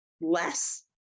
less